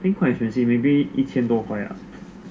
think quite expensive ah maybe 一千多块啊